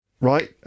Right